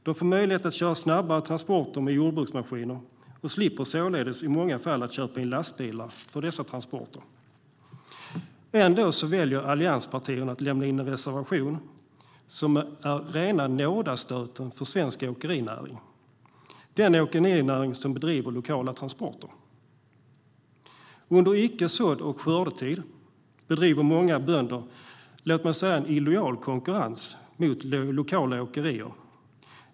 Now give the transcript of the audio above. De får möjlighet att köra snabbare transporter med jordbruksmaskiner och slipper således i många fall köpa in lastbilar för dessa transporter. Ändå väljer allianspartierna att lämna in en reservation som är rena nådastöten för svensk åkerinäring som bedriver lokala transporter. När det inte är sådd eller skördetid bedriver många bönder en, vill jag kalla det, illojal konkurrens mot lokala åkerier.